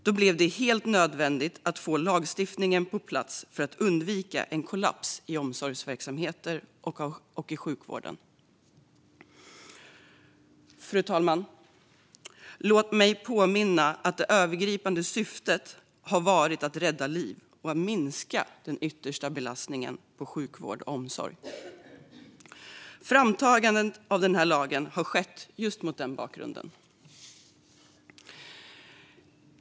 Då blev det helt nödvändigt att få lagstiftningen på plats för att undvika en kollaps i omsorgsverksamheter och i sjukvården. Fru talman! Låt mig påminna om att det övergripande syftet har varit att rädda liv och att minska den yttersta belastningen på sjukvård och omsorg. Framtagandet av lagen har skett just mot den bakgrunden.